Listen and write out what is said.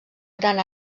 gran